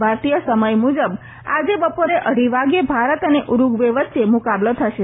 ભારતીય સમય મુજબ આજે બપોરે અઢી વાગે ભારત અને ઉરૂગ્વે વચ્ચે મુકાબલો થશે